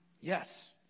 Yes